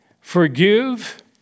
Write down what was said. Forgive